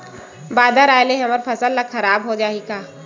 बादर आय ले हमर फसल ह खराब हो जाहि का?